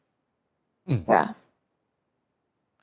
ya